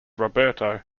roberto